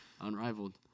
Unrivaled